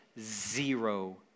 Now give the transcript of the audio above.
zero